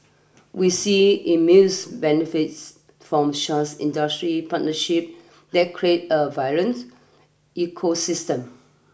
we see immense benefits from such industry partnership that create a vibrant ecosystem